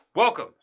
Welcome